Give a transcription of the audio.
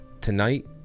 tonight